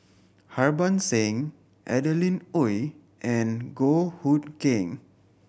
Harbans Singh Adeline Ooi and Goh Hood Keng